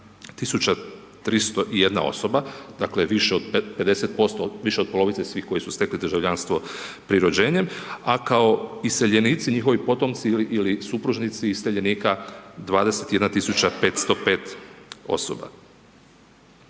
301 osoba, dakle više od 50%, više od polovice svih koji su stekli državljanstvo pri rođenjem a kao iseljenici, njihovi potomci ili supružnici iseljenika 21 tisuća 505 osoba.